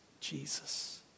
Jesus